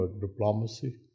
diplomacy